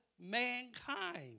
mankind